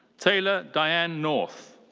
taylor diane north.